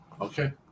okay